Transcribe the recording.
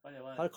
buy that one